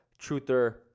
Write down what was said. truther